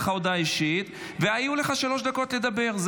הכנסת כסיף,